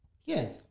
Yes